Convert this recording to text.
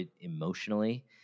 emotionally